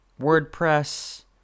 WordPress